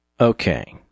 Okay